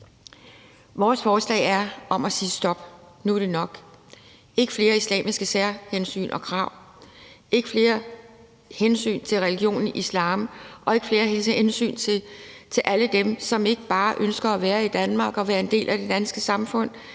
Vores forslag handler om at sige stop, at nu er det nok, ikke flere islamiske særhensyn og krav, ikke flere hensyn til religionen islam og ikke flere hensyn til alle dem, som ikke bare ønsker at være i Danmark og være en del af det danske samfund,